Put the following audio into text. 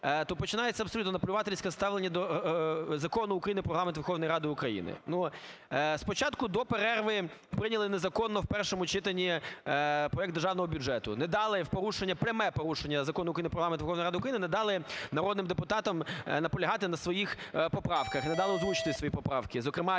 то починається абсолютно наплювательське ставлення до Закону України "Про Регламент Верховної Ради України". Ну, спочатку до перерви прийняли незаконно у першому читанні проект Державного бюджету, не дали в порушення, в пряме порушення Закон України "Про Регламент Верховної Ради України" не дали народним депутатам наполягати на своїх поправках, не дали озвучити свої поправки. Зокрема,